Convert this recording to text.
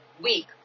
week